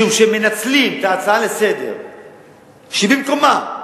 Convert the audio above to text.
משום שהם מנצלים את ההצעה לסדר-היום, שהיא במקומה,